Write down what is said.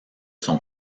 son